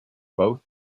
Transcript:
both